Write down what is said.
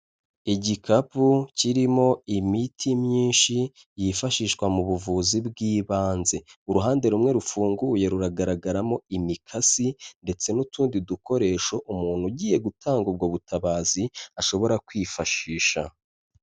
Igikapu kirimo imiti myinshi yifashishwa mu buvuzi bw'ibanze. Uruhande rumwe rufunguye ruragaragaramo imikasi ndetse n'utundi dukoresho umuntu ugiye gutanga ubwo butabazi ashobora kwifashisha.